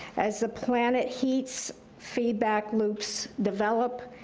as the planet heats, feedback loops develop,